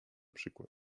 przykład